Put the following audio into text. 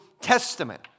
Testament